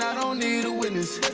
um don't need a witness